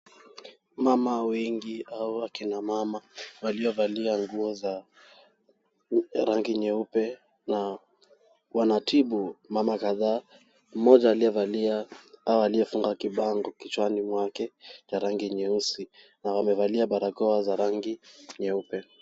Mama wengi au akina mama waliovalia nguo za rangi nyeupe na wanatibu mama kadhaa mmoja aliyevalia au aliyefunga kibango kichwani mwake cha rangi nyeusi na wamevalia barakoa za rangi nyeupe.